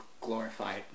glorified